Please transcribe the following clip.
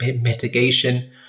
mitigation